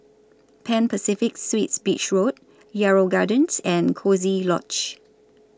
Pan Pacific Suites Beach Road Yarrow Gardens and Coziee Lodge